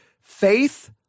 faith